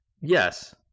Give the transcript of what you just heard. Yes